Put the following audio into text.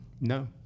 No